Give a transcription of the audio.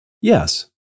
Yes